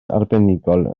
arbenigol